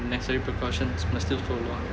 necessary precautions must still follow